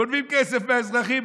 גונבים כסף מהאזרחים,